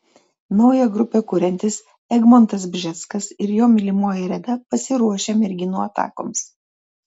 naują grupę kuriantis egmontas bžeskas ir jo mylimoji reda pasiruošę merginų atakoms